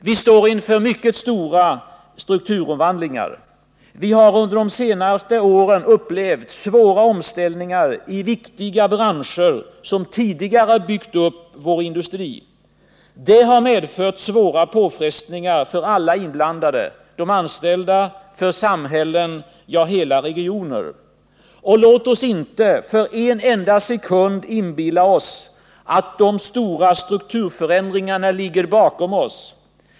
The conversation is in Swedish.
Vi står inför mycket stora strukturomvandlingar. Vi har under de senare åren upplevt svåra omställningar i viktiga branscher som tidigare byggt upp vår industri. Det har medfört svåra påfrestningar för alla inblandade, för de anställda, för samhällen, ja, för hela regioner. Låt oss inte för en enda sekund inbilla oss att de stora strukturförändringarna ligger bakom oss.